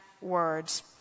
words